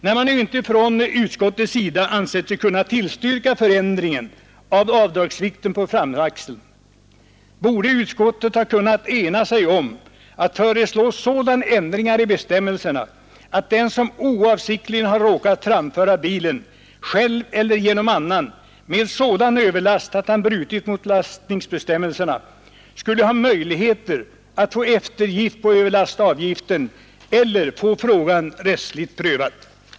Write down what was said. När man nu inte från utskottets sida ansett sig kunna tillstyrka ena sig om att föreslå sådana ändringar i bestämmelserna att den som oavsiktligen har råkat framföra bilen — själv eller genom annan — med sådan överlast att han brutit mot lastningsbestämmelserna skulle ha möjligheter att få eftergift på överlastavgiften eller få frågan rättsligt prövad.